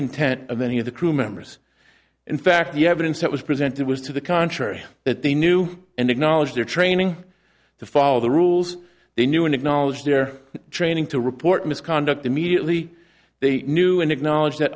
he of the crew members in fact the evidence that was presented was to the contrary that they knew and acknowledged their training to follow the rules they knew and acknowledged their training to report misconduct immediately they knew and acknowledged that